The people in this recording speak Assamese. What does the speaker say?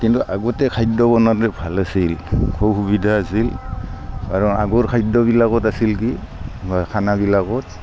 কিন্তু আগতে খাদ্য বনাওঁতে ভাল আছিল সুবিধা আছিল কাৰণ আগৰ খাদ্যবিলাকত আছিল কি খানাবিলাকত